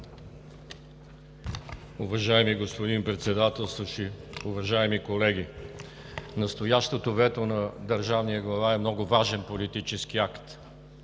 Уважаеми господин Председателстващ, уважаеми колеги! Настоящото вето на държавния глава е много важен политически акт.